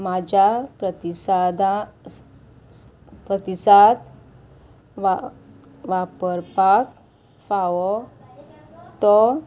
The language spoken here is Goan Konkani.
म्हाज्या प्रतिसादां प्रतिसाद वा वापरपाक फावो तो